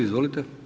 Izvolite.